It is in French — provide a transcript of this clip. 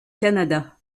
canada